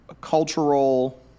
cultural